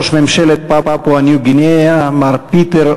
ראש ממשלת פפואה ניו-גינאה מר פיטר